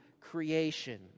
creation